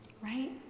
Right